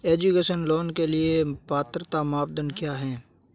Education loan के लिए पात्रता मानदंड क्या है?